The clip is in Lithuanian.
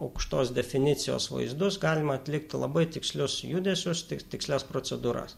aukštos definicijos vaizdus galima atlikti labai tikslius judesius tik tikslias procedūras